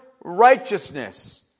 righteousness